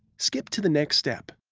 skip to the next step.